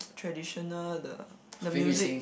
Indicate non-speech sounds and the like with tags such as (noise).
traditional the (noise) the music